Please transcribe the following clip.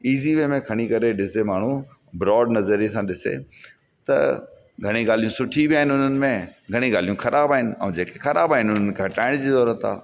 easy way में खणी करे ॾिसजे माण्हू ब्रोड नज़रिए सां ॾिसे त घणेई ॻाल्हियूं सुठी बि आहिनि उन्हनि में घणेई ॻाल्हियूं ख़राब आहिनि ऐं जेके ख़राब आहिनि उनखे हटाइण जी ज़रूरत आहे